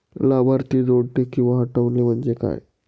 लाभार्थी जोडणे किंवा हटवणे, म्हणजे काय?